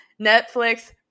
netflix